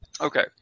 Okay